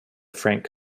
frank